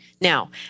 Now